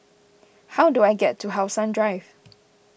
how do I get to How Sun Drive